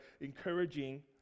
encouraging